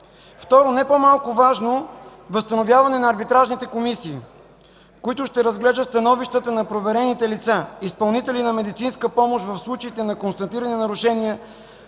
Второ, не по-малко важно – възстановяване на арбитражните комисии, които ще разглеждат становищата на проверените лица, изпълнители на медицинска помощ, в случаите на констатирани нарушения